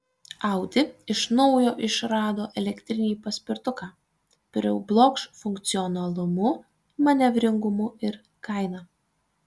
audi iš naujo išrado elektrinį paspirtuką priblokš funkcionalumu manevringumu ir kaina